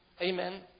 Amen